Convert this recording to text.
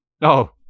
no